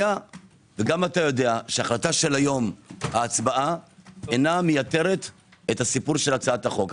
וגם אתה יודע שההצבעה של היום אינה מייתרת את הסיפור של הצעת החוק.